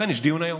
לכן יש דיון היום.